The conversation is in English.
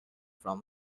from